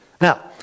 Now